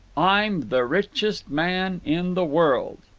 i'm the richest man in the world.